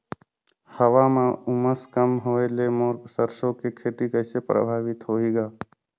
हवा म उमस कम होए ले मोर सरसो के खेती कइसे प्रभावित होही ग?